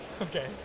Okay